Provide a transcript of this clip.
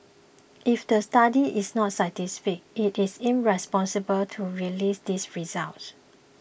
if the study is not scientific it is irresponsible to release these results